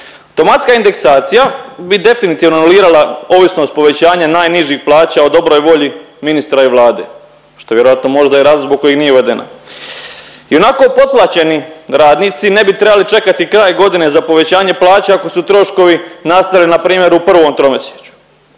Automatska indeksacija bi definitivno anulirala ovisnost povećanja najnižih plaća o dobroj volji ministra i Vlade, što je vjerojatno možda i razlog zbog kojih nije uvedena. I onako potplaćeni radnici ne bi trebali čekati kraj godine za povećanje plaća ako su troškovi nastali npr. u prvom tromjesečju.